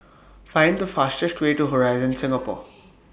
Find The fastest Way to Horizon Singapore